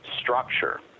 structure